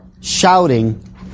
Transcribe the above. shouting